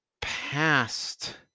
past